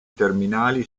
terminali